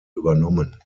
übernommen